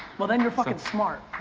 well then you're fucking smart.